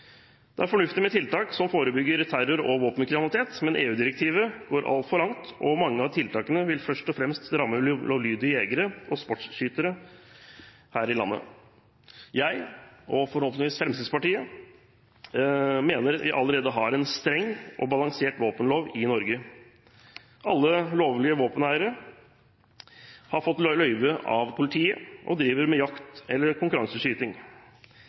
Det er fornuftig med tiltak som forebygger terror og våpenkriminalitet, men EU-direktivet går altfor langt, og mange av tiltakene vil først og fremst ramme lovlydige jegere og sportsskyttere her i landet. Jeg, og forhåpentligvis Fremskrittspartiet, mener vi allerede har en streng og balansert våpenlov i Norge. Alle eiere av lovlige våpen har fått løyve av politiet og driver med jakt eller konkurranseskyting.